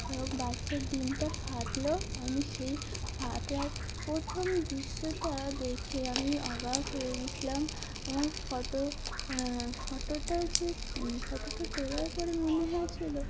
বাচ্চার ডিমটা ফাটলো আমি সেই ফাটলার প্রথম দৃশ্যটা দেখে আমি অবাক হয়ে গেছিলাম আমার ফটো ফটোটা যে ফটোটা তোলার পরে মনে হয়েছিলো